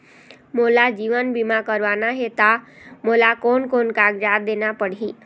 मोला जीवन बीमा करवाना हे ता मोला कोन कोन कागजात देना पड़ही?